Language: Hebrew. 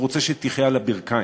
הוא רוצה שהיא תחיה על הברכיים.